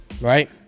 Right